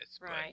Right